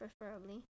preferably